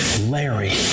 Larry